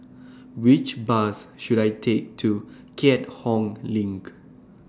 Which Bus should I Take to Keat Hong LINK